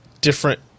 different